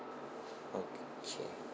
okay